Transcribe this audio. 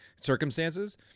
circumstances